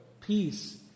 peace